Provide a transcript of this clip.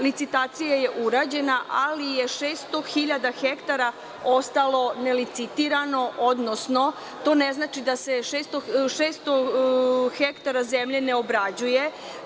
Licitacija je urađena, ali je 600.000 hektara ostalo nelicitirano, odnosno to znači da se 600 hektara zemlje ne obrađuje.